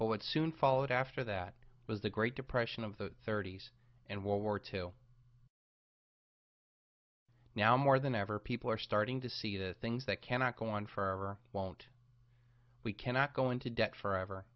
but soon followed after that was the great depression of the thirty's and world war two now more than ever people are starting to see the things that cannot go on forever won't we cannot go into debt forever